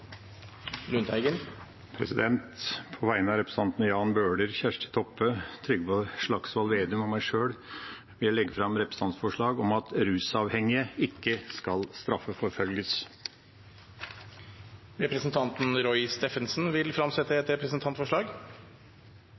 Lundteigen vil fremsette et representantforslag. På vegne av representantene Jan Bøhler, Kjersti Toppe, Trygve Slagsvold Vedum og meg sjøl vil jeg sette fram et representantforslag om at rusavhengige ikke skal straffeforfølges. Representanten Roy Steffensen vil fremsette et representantforslag.